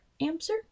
Answer